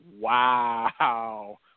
wow